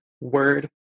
word